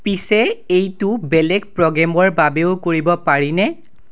পিছে এইটো বেলেগ প্ৰগ্ৰেমৰ বাবেও কৰিব পাৰিনে